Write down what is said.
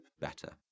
better